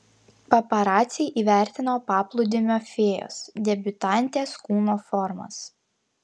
paparaciai įvertino paplūdimio fėjos debiutantės kūno formas